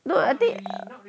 no I think